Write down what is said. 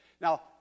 Now